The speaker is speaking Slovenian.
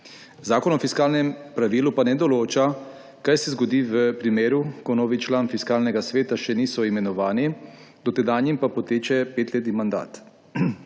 Zakon o fiskalnem pravilu pa ne določa, kaj se zgodi v primeru, ko novi člani Fiskalnega sveta še niso imenovani, dotedanjim pa poteče petletni mandat.